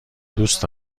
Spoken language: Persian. دوست